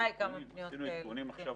עשינו עדכונים עכשיו